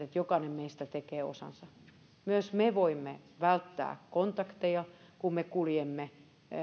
että jokainen meistä tekee osansa myös me voimme välttää kontakteja kun me kuljemme